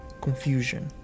confusion